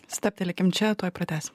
stabtelkim čia tuoj pratęsim